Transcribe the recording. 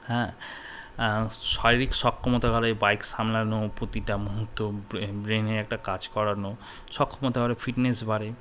হ্যাঁ শারীরিক সক্ষমতা বাইক সামলানো প্রতিটা মুহূর্ত ব্রেনে একটা কাজ করানো সক্ষমতা মানে ফিটনেস বাড়ে